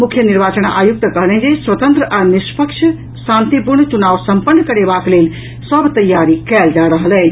मुख्य निर्वाचन आयुक्त कहलनि जे स्वतंत्र निष्पक्ष आ शांतिपूर्ण चुनाव सम्पन्न करेबाक लेल सभ तैयारी कयल जा रहल अछि